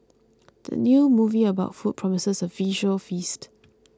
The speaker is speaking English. the new movie about food promises a visual feast